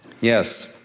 yes